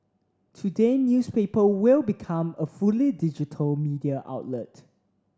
today newspaper will become a fully digital media outlet